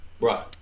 Right